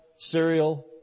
cereal